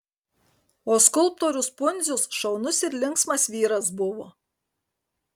o skulptorius pundzius šaunus ir linksmas vyras buvo